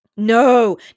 No